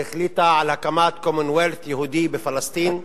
שהחליטה על הקמת commonwealth יהודי בפלסטין,